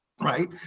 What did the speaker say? right